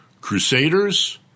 Crusaders